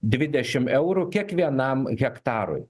dvidešimt eurų kiekvienam hektarui